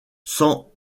sans